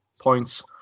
points